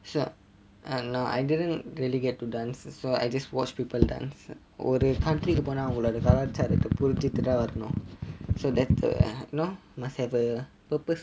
so now I didn't really get to dance so I just watch people dance ஒரு:oru country கு போனா அவர்களோடே கலாச்சாரத்தே புரிஞ்சிட்டு தான் வரணும்:kku ponaa avangalode kalaacharattheh purinjittu thaan varanum so that err you know must have a purpose